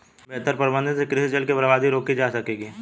बेहतर प्रबंधन से कृषि जल की बर्बादी रोकी जा सकेगी